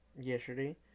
yesterday